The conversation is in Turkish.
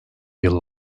yıl